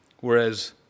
Whereas